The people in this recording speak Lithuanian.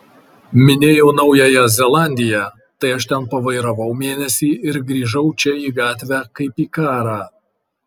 minėjau naująją zelandiją tai aš ten pavairavau mėnesį ir grįžau čia į gatvę kaip į karą